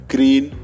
Green